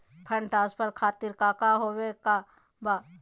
Fund transfer खातिर काका होखे का बा?